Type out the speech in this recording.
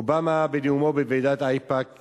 אובמה בנאומו בוועידת איפא"ק